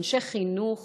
אנשי חינוך